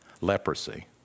leprosy